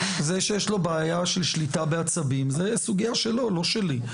זה שיש לו בעיה של שליטה בעצבים זה סוגיה שלו לא שלי.